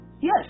Yes